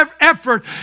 effort